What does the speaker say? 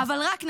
אבל רק,